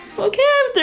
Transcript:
okay,